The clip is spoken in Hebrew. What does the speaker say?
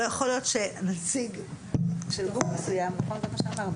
לא חלק, אפילו מעבר למה שמדובר.